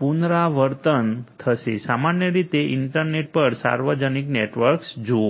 પુનરાવર્તન થશે સામાન્ય રીતે ઇન્ટરનેટ પર સાર્વજનિક નેટવર્ક્સ જુઓ